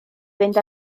fynd